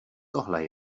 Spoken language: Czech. tohle